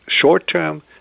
short-term